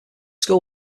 score